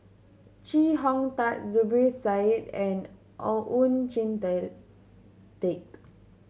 Chee Hong Tat Zubir Said and Oon Jin Teik